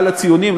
המפעל הציוני.